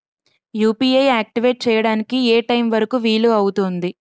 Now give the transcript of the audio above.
UPI activate చెయ్యడానికి ఏ time వరుకు వీలు అవుతుంది?